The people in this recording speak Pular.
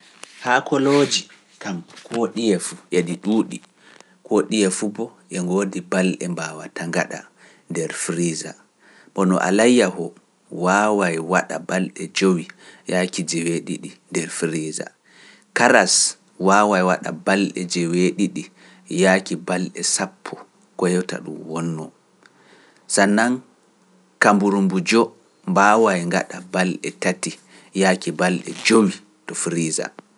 Haa kolooji, kam koo ɗiye fu, yaadi ɗuuɗi, koo ɗiye fu boo e ngoodi balɗe mbaawata ngaɗa nder Friisa, kono alayya ho, waaway waɗa balɗe jowi yaaki jeweeɗiɗi nder Friisa, karas waaway waɗa balɗe jeweeɗiɗi yaaki balɗe sappo koyota ɗum wonnoo. Sanam kamburu mbuu jo mbaawa ngaɗa bal e tati yaaki bal e jowi to Farisa.